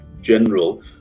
general